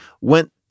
went